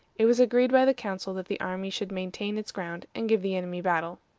it was agreed by the council that the army should maintain its ground and give the enemy battle.